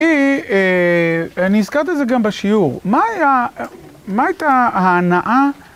‫אני הזכרתי את זה גם בשיעור, ‫מה הייתה ההנאה?